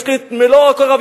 יש לי מלוא ההוקרה,